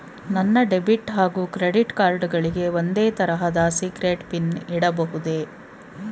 ನನ್ನ ಡೆಬಿಟ್ ಹಾಗೂ credit card ಗಳಿಗೆ ಒಂದೇ ತರಹದ ಸೀಕ್ರೇಟ್ ಪಿನ್ ಇಡಬಹುದೇ?